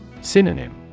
Synonym